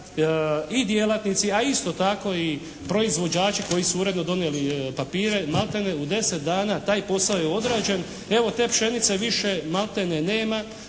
i djelatnici, a isto tako i proizvođači koji su uredno donijeli papire malte ne u 10 dana taj posao je odrađen. Evo te pšenice više malte ne nema.